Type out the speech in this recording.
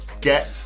get